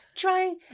Try